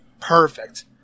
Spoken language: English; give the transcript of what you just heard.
perfect